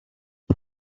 who